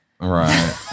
Right